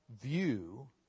view